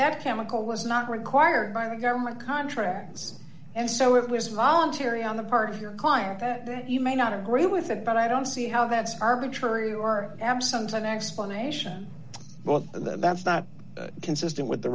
that chemical was not required by the government contracts and so it was voluntary on the part of your client that you may not agree with it but i don't see how that's arbitrary or absent an explanation both and that's not consistent with the